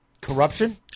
Corruption